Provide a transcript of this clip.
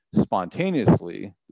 spontaneously